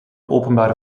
openbare